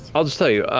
i'll just tell you,